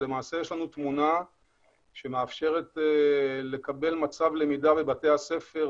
יש לנו תמונה שמאפשרת לקבל מצב למידה בבתי הספר,